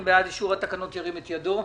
מי בעד אישור התקנות ירים את ידו.